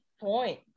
point